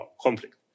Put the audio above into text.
conflict